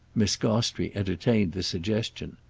miss gostrey entertained the suggestion.